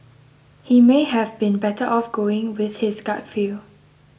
he may have been better off going with his gut feel